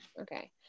Okay